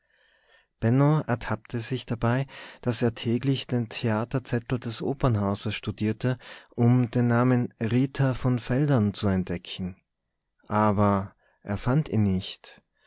ertappte sich dabei daß er täglich den theaterzettel des opernhauses studierte um den namen rita von veldern zu entdecken aber er fand ihn nicht